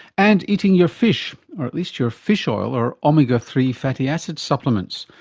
and eating your fish, or at least your fish oil or omega three fatty acid supplements.